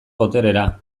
boterera